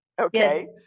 Okay